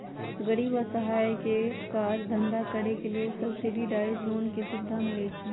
गरीब असहाय के काज धन्धा करेके लेल सब्सिडाइज लोन के सुभिधा मिलइ छइ